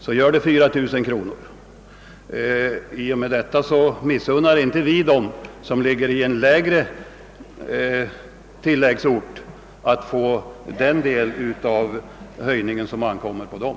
Då blir det cirka 400 kronor i genomsnitt per leverantör och vi missunnar inte dem som bor i ett område med annat mjölkpristillägg att få den del av höjningen som tillkommer dem.